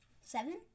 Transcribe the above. seven